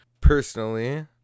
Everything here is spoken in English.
Personally